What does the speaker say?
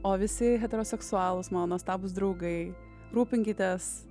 o visi heteroseksualūs mano nuostabūs draugai rūpinkitės